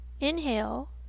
Inhale